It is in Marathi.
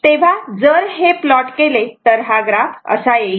तेव्हा जर हे प्लॉट केले तर हा ग्राफ असा येईल